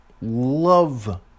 Love